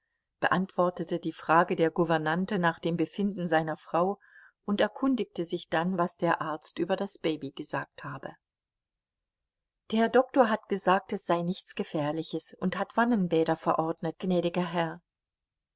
beantwortete die frage der gouvernante nach dem befinden seiner frau und erkundigte sich dann was der arzt über das baby gesagt habe der doktor hat gesagt es sei nichts gefährliches und hat wannenbäder verordnet gnädiger herr